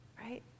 right